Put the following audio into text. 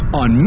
on